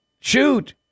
Shoot